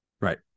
right